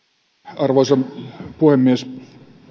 arvoisa puhemies